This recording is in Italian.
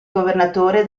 governatore